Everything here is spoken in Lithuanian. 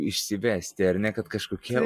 išsivesti ar ne kad kažkokia